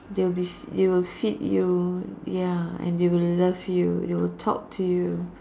they'll be they will feed you ya and they will love you they will talk to you